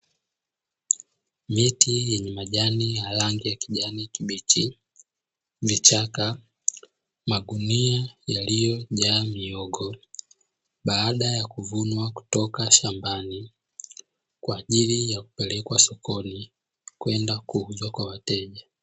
Miti yenye majani ya rangi ya kijani kibichi, vichaka, magunia yaliyojaa mihogo baada ya kuvunwa kutoka shambani kwa ajili ya kupelekwa sokoni kwenda kuuzwa kwa wateja.